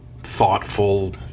thoughtful